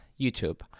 YouTube